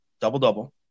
double-double